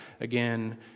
again